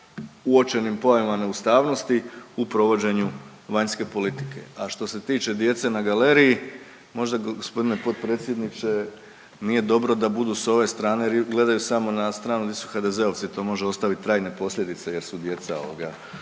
uočenim pojavama neustavnosti u provođenju vanjske politike, a što se tiče djece na galeriji možda gospodine potpredsjedniče nije dobro da budu s ove strane jer gledaju samo na stranu gdje su HDZ-ovci, to može ostavit trajne posljedice jer su djeca, ovoga